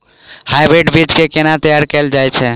Hybrid बीज केँ केना तैयार कैल जाय छै?